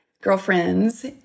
girlfriends